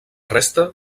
resta